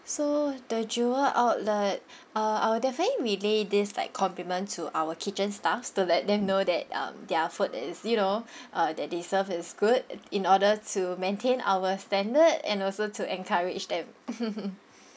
so the jewel outlet uh I will definitely relay this like compliment to our kitchen staffs to let them know that um their food is you know uh that they serve is good it in order to maintain our standard and also to encourage them